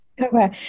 okay